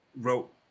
wrote